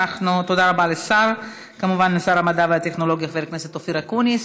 תודה רבה לשר המדע והטכנולוגיה חבר הכנסת אופיר אקוניס.